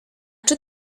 czy